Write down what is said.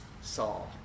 Saul